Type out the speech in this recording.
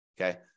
Okay